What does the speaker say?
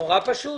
נורא פשוט.